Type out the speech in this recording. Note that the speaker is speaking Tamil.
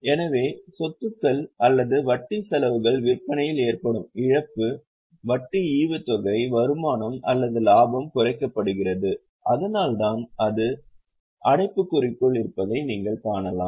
எனவே சொத்துக்கள் அல்லது வட்டி செலவுகள் விற்பனையில் ஏற்படும் இழப்பு வட்டி ஈவுத்தொகை வருமானம் அல்லது லாபம் குறைக்கப்படுகிறது அதனால்தான் அது அடைப்புக்குறிக்குள் இருப்பதை நீங்கள் காணலாம்